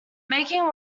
making